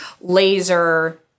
laser